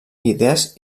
idees